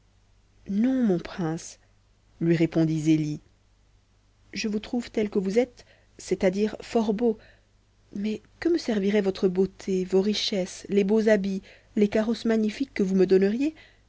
non mon prince lui répondit zélie je vous trouve tel que vous êtes c'est-à-dire fort beau mais que me serviraient votre beauté vos richesses les beaux habits les carrosses magnifiques que vous me donneriez